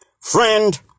friend